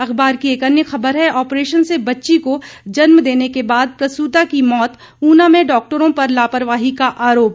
अखबार की एक अन्य खबर है ऑपरेशन से बच्ची को जन्म देने के बाद प्रसूता की मौत ऊना में डॉक्टरों पर लापरवाही का आरोप